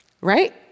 right